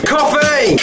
Coffee